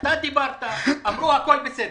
אתה דיברת, אמרו: הכול בסדר.